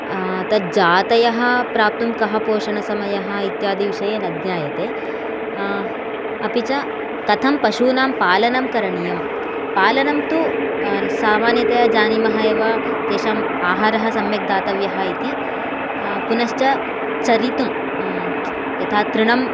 तत् जातयः प्राप्तुम् कः पोषणसमयः इत्यादि विषये न ज्ञायते अपि च कथं पशूनां पालनं करणीयम् पालनं तु सामान्यतया जानीमः एव तेषाम् आहारः सम्यक् दातव्यः इति पुनश्च चरितुं यथा तृणम्